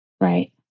right